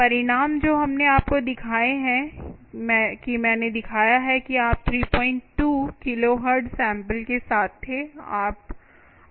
परिणाम जो हमने आपको दिखाए हैं कि मैंने दिखाया है कि आप 32 किलोहर्ट्ज़ सैंपल के साथ थे